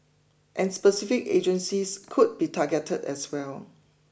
and specific agencies could be targeted as well